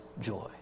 joy